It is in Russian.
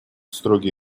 строгий